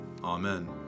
Amen